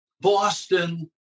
Boston